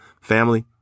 family